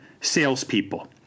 salespeople